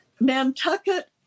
Nantucket